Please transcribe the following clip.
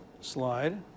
slide